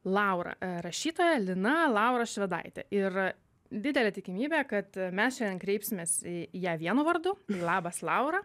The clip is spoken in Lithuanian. laurą rašytoja lina laura švedaitė ir didelė tikimybė kad mes šiandien kreipsimės į ją vienu vardu labas laura